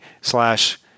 slash